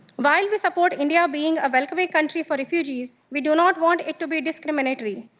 but we support india being a welcoming country for refugees, we do not want it to be discriminatory.